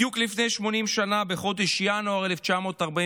בדיוק לפני 80 שנה, בחודש ינואר 1944,